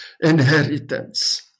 inheritance